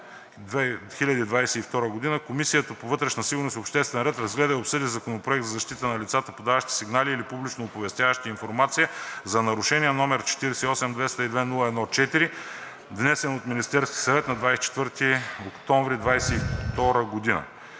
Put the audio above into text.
2022 г., Комисията по вътрешна сигурност и обществен ред разгледа и обсъди Законопроект за защита на лицата, подаващи сигнали или публично оповестяващи информация за нарушения, № 48-202-01-4, внесен от Министерския съвет на 24 октомври 2022 г.